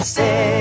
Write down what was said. say